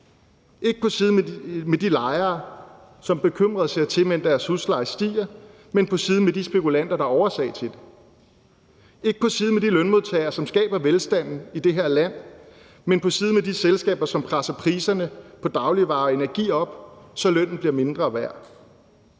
ikke på de lejeres side, som bekymret ser til, mens deres husleje stiger, men på de spekulanters side, der er årsag til det. Man er ikke på de lønmodtageres side, som skaber velstanden i det her land, men på de selskabers side, som presser priserne på dagligvarer og energi op, så lønnen bliver mindre værd.